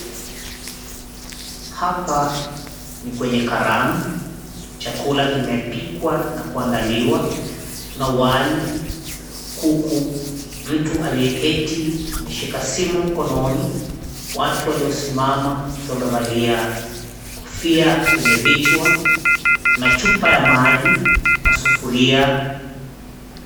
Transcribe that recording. Hapa ni kwenye karamu, chakula kimepikwa na kuandaliwa. Kuna wali, kuku, mtu aliyeketi ameshika simu mkononi, watu waliosimama wamevalia kofia kwenye vichwa. Kuna chupa ya maji na sufuria.